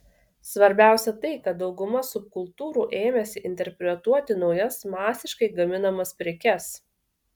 svarbiausia tai kad dauguma subkultūrų ėmėsi interpretuoti naujas masiškai gaminamas prekes